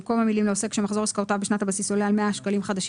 במקום "מחזור עסקאותיו של עוסק בחודשים ינואר ופברואר